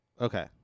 Okay